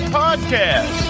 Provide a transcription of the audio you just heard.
podcast